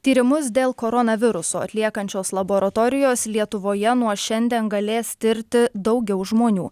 tyrimus dėl koronaviruso atliekančios laboratorijos lietuvoje nuo šiandien galės tirti daugiau žmonių